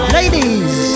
Ladies